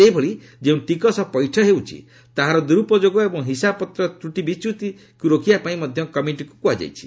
ସେହିଭଳି ଯେଉଁ ଟିକସ ପୈଠ ହେଉଛି ତାହାର ଦୁରୁପଯୋଗ ଏବଂ ହିସାବପତ୍ର ତ୍ରଟିବିଚ୍ୟୁତିକୁ ରୋକିବାପାଇଁ ମଧ୍ୟ କମିଟିକୁ କୁହାଯାଇଛି